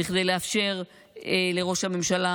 כדי לאפשר לראש הממשלה,